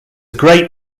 great